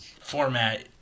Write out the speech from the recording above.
format